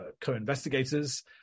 co-investigators